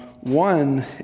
One